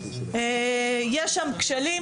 יש שם כשלים,